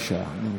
בבקשה, אני מתנצל.